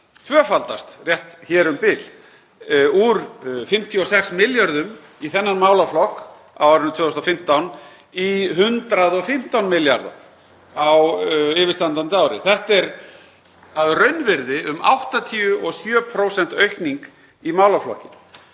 tvöfaldast, úr 56 milljörðum í þennan málaflokk á árinu 2015 í 115 milljarða á yfirstandandi ári. Þetta er að raunvirði um 87% aukning í málaflokkinn.